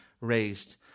raised